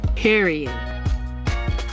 period